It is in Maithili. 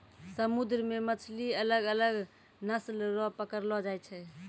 समुन्द्र मे मछली अलग अलग नस्ल रो पकड़लो जाय छै